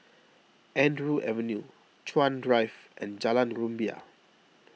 Andrew Avenue Chuan Drive and Jalan Rumbia